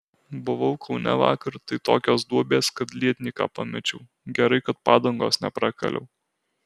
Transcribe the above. buvau kaune vakar tai tokios duobės kad lietnyką pamečiau gerai kad padangos neprakaliau